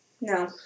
No